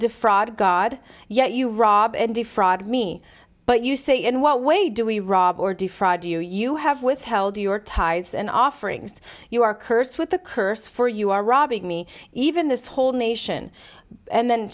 defraud god yet you rob and defraud me but you say in what way do we rob or defraud you you have withheld your tithes and offerings you are cursed with a curse for you are robbing me even this whole nation and then